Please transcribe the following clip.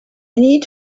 need